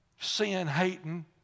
sin-hating